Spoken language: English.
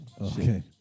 Okay